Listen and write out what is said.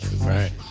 right